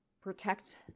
protect